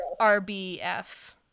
RBF